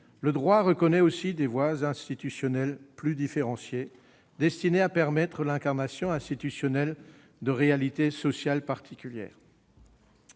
le droit reconnaît des voies institutionnelles plus différenciées, destinées à permettre l'incarnation institutionnelle de réalités sociales particulières.